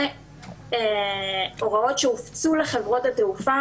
זה הוראות שהופצו לחברות התעופה